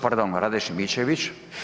Pardon, Rade Šimičević.